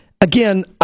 again